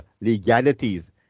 legalities